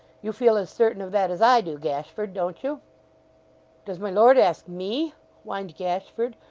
you feel as certain of that as i do, gashford, don't you does my lord ask me whined gashford,